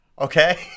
Okay